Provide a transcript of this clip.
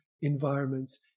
environments